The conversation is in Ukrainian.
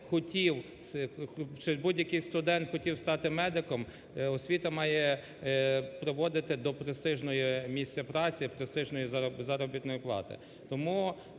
будь-який студент стати медиком, освіта має проводити до престижної місце праці, до престижної заробітної плати.